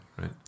Right